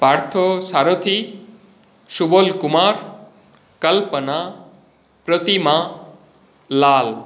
पार्थसारथिः Shubol Kumar Kalpana Pratima Lal